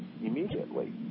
immediately